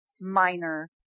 minor